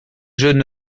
jeune